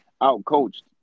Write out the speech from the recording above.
out-coached